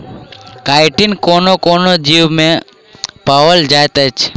chitin कोनो कोनो जीवमे पाओल जाइत अछि